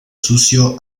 sucio